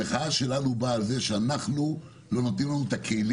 המחאה שלנו היא על זה שלא נותנים לנו את הכלים